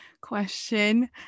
question